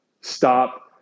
stop